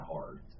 hard